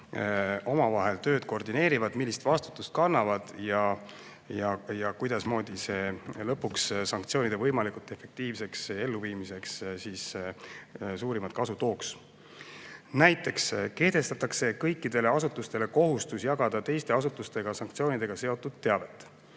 omavahel tööd koordineerivad, millist vastutust kannavad ja kuidasmoodi see lõpuks sanktsioonide võimalikult efektiivseks elluviimiseks suurimat kasu tooks. Näiteks kehtestatakse kõikidele asutustele kohustus jagada teiste asutustega sanktsioonidega seotud teavet.